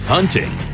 Hunting